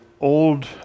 old